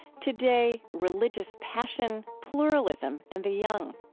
today, religious passion, pluralism, and the young.